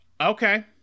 Okay